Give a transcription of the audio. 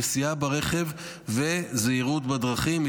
נסיעה ברכב וזהירות בדרכים.